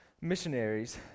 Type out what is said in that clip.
missionaries